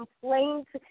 complaints